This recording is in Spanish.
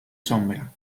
sombra